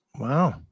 Wow